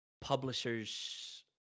publishers